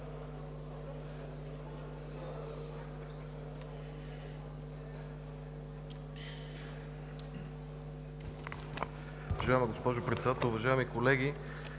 Уважаема госпожо Председател, уважаеми колеги!